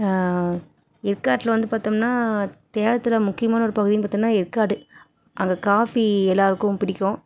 ஏற்காட்டில் வந்து பார்த்தோம்ன்னா சேலத்தில் முக்கியமான ஒரு பகுதின்னு பார்த்தோம்ன்னா ஏற்காடு அங்கே காஃபி எல்லாேருக்கும் பிடிக்கும்